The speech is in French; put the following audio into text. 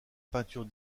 peinture